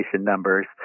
numbers